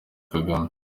kagame